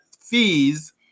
fees